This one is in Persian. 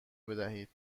بدهید